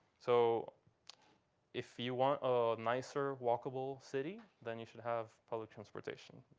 so if you want a nicer, walkable city, then you should have public transportation.